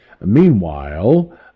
Meanwhile